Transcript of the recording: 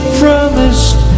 promised